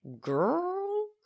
girl